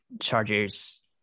Chargers